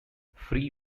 free